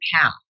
path